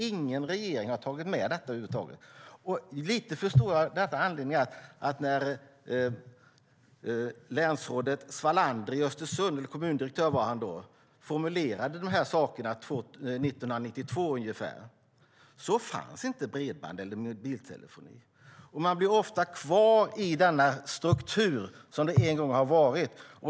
Ingen regering har tagit med detta över huvud taget. Jag förstår lite vad anledningen är. När kommundirektör Svalander i Östersund formulerade dessa saker 1992 fanns inte bredband eller mobiltelefoni. Man blir ofta kvar i den struktur som en gång har varit.